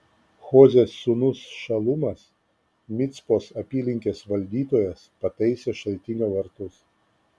hozės sūnus šalumas micpos apylinkės valdytojas pataisė šaltinio vartus